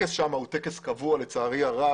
הטקס של הוא טקס קבוע ולצערי הרב